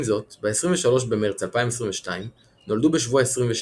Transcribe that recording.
עם זאת ב-23 במרץ 2022 נולדו בשבוע 22,